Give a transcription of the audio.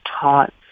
taught